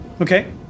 Okay